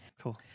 cool